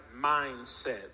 mindset